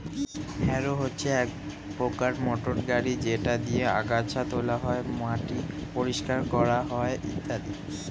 harrow হচ্ছে এক প্রকার মোটর গাড়ি যেটা দিয়ে আগাছা তোলা হয়, মাটি পরিষ্কার করা হয় ইত্যাদি